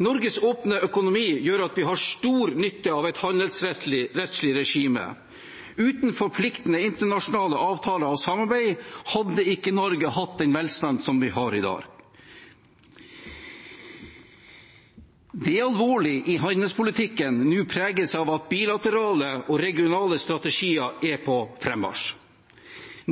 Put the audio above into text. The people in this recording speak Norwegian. Norges åpne økonomi gjør at vi har stor nytte av et handelsrettslig regime. Uten forpliktende internasjonale avtaler og samarbeid hadde ikke Norge hatt den velstand som vi har i dag. Det er alvorlig når handelspolitikken nå preges av at bilaterale og regionale strategier er på frammarsj.